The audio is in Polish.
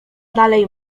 dalej